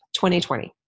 2020